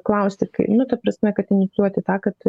klausti kai nu ta prasme kad inocijuoti tą kad